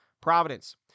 Providence